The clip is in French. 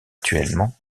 actuellement